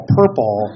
purple